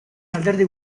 alderdi